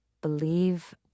believe